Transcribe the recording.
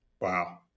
Wow